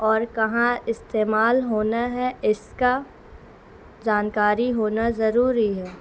اور کہاں استعمال ہونا ہے اس کا جانکاری ہونا ضروری ہے